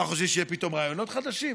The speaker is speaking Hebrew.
מה, חושבים שיהיו פתאום רעיונות חדשים?